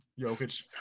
Jokic